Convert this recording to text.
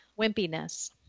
wimpiness